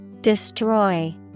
Destroy